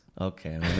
Okay